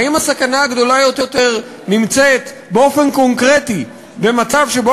האם הסכנה הגדולה יותר נמצאת באופן קונקרטי במצב שבו